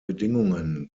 bedingungen